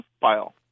file